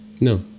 No